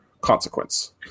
consequence